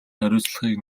хариуцлагыг